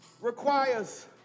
requires